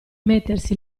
mettersi